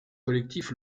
collectif